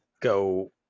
go